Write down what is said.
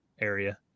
area